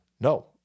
No